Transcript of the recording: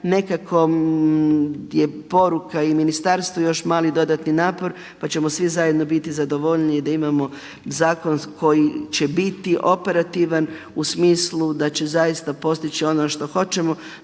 nekako je poruka i ministarstvu još mali dodatni napor pa ćemo svi zajedno biti zadovoljniji i da imamo zakon koji će biti operativan u smislu da će zaista postići ono što hoćemo